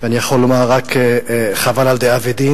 ואני יכול לומר רק חבל על דאבדין,